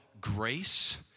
grace